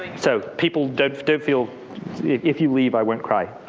so people don't feel if you leave i won't cry.